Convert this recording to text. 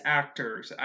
actors